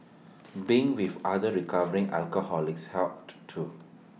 being with other recovering alcoholics helped too